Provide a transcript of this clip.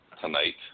tonight